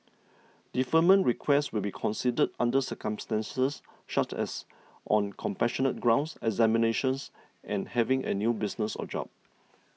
deferment requests will be considered under circumstances such as on compassionate grounds examinations and having a new business or job